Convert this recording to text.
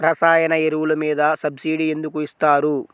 రసాయన ఎరువులు మీద సబ్సిడీ ఎందుకు ఇస్తారు?